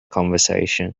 conversation